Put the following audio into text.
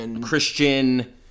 Christian